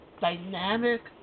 dynamic